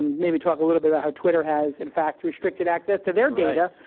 maybe, talk a little bit about how twitter has, in fact, restricted access to their data.